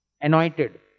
anointed